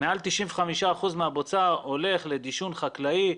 מעל 95 אחוזים מהבוצה הולכים לדישון חקלאי,